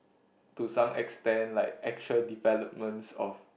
to some extent like actual developments of